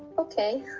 ok?